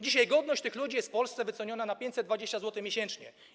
Dzisiaj godność tych ludzi jest w Polsce wyceniona na 520 zł miesięcznie.